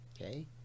Okay